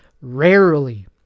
rarely